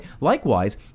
Likewise